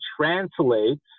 translates